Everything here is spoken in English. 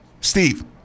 Steve